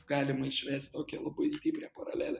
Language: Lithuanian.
galima išvest tokią labai stiprią paralelę